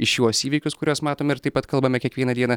į šiuos įvykius kuriuos matome ir taip pat kalbame kiekvieną dieną